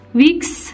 weeks